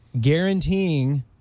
guaranteeing